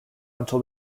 until